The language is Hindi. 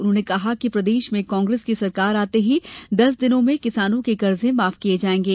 उन्होंने कहा कि प्रदेश में कांग्रेस की सरकार आते ही दस दिनों में किसानों के कर्जे माफ किये जायेंगे